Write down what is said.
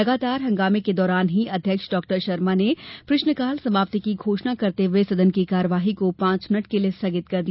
लगातार हंगामे के दौरान ही अध्यक्ष डॉ शर्मा ने प्रश्नकाल समाप्ति की घोषणा करते हुए सदन की कार्यवाही को पांच मिनट के लिए स्थगित कर दिया